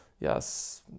yes